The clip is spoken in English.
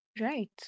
right